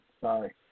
Sorry